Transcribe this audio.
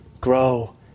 grow